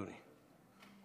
אדוני,